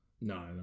No